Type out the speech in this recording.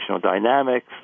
Dynamics